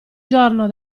giorno